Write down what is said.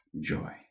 joy